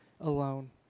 alone